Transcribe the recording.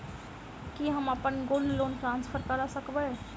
की हम अप्पन gold loan transfer करऽ सकबै?